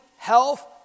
Health